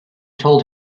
told